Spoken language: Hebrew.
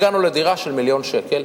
הגענו לדירה של מיליון שקל,